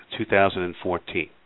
2014